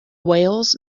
wales